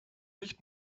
nicht